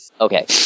Okay